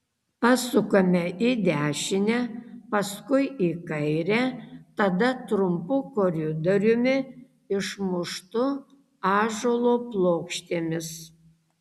pasukame į dešinę paskui į kairę tada trumpu koridoriumi išmuštu ąžuolo plokštėmis